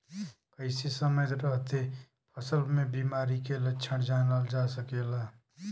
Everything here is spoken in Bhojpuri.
कइसे समय रहते फसल में बिमारी के लक्षण जानल जा सकेला?